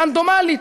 רנדומלית.